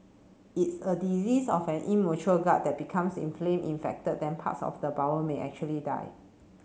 it's a disease of an immature gut that becomes inflamed infected then parts of the bowel may actually die